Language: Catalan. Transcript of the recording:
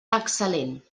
excel·lent